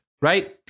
right